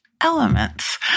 elements